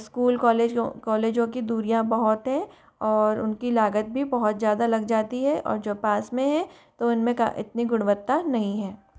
school कॉलेजों कॉलेजों की दूरियाँ बहुत हैं और उन की लागत भी बहुत ज़्यादा लग जाती है और जो पास में है तो उन में इतनी गुणवत्ता नहीं है